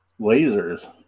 lasers